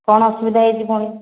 କ'ଣ ଅସୁବିଧା ହେଇଛି ପୁଣି